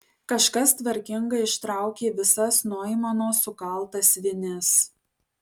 kažkas tvarkingai ištraukė visas noimano sukaltas vinis